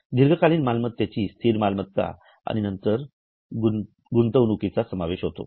दीर्घकालीन मालमत्तेमध्ये स्थिर मालमत्ता व नंतर गुंतवणुकीचा समावेश होतो